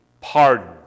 pardon